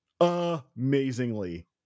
Amazingly